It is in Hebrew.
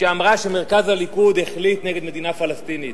שאמרה שמרכז הליכוד החליט נגד מדינה פלסטינית.